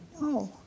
No